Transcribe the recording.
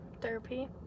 Therapy